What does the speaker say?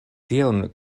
tion